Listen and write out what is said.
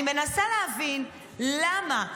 אני מנסה להבין למה,